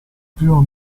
primo